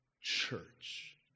church